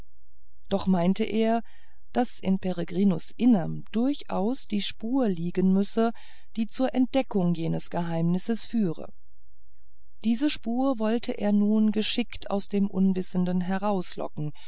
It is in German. doch meinte er daß in peregrinus innerm durchaus die spur liegen müsse die zur entdeckung jenes geheimnisses führe diese spur wollte er nun geschickt aus dem unwissenden herauslocken